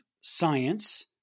science